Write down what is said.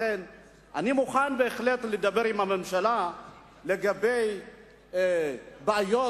לכן אני מוכן בהחלט לדבר עם הממשלה לגבי בעיות